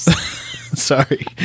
Sorry